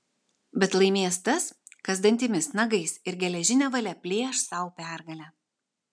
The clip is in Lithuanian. bet laimės tas kas dantimis nagais ir geležine valia plėš sau pergalę